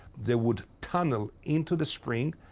they would tunnel into the spring,